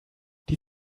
die